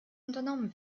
unternommen